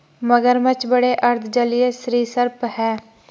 मगरमच्छ बड़े अर्ध जलीय सरीसृप हैं